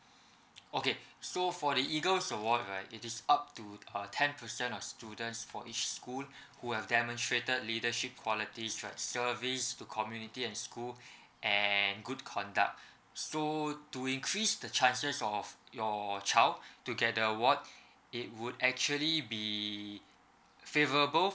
okay so for the eagles award right it is up to uh ten percent of students for each school who have demonstrated leadership qualities like service to community and school and good conduct so to increase the chances of your child to get the award it would actually be favourable